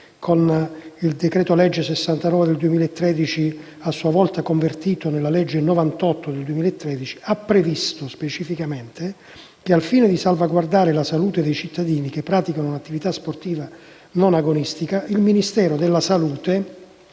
dal decreto-legge n. 69 del 2013, convertito a sua volta dalla legge n. 98 del 2013, ha previsto specificamente che, al fine di salvaguardare la salute dei cittadini che praticano un'attività sportiva non agonistica, il Ministro della salute,